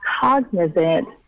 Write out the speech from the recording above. cognizant